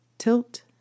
Tilt